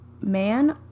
man